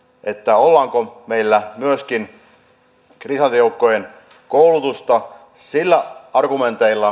ollaanko meillä myöskin kriha joukkojen koulutusta niillä argumenteilla